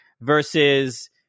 versus